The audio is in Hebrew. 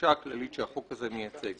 ומהגישה הכללית שהחוק הזה מייצג.